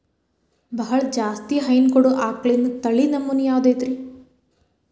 ಬಹಳ ಜಾಸ್ತಿ ಹೈನು ಕೊಡುವ ಆಕಳಿನ ತಳಿ ನಮೂನೆ ಯಾವ್ದ ಐತ್ರಿ?